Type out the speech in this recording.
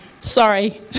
Sorry